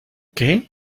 qué